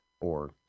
or